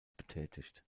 betätigt